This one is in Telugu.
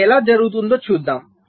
ఇది ఎలా జరుగుతుందో చూద్దాం